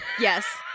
yes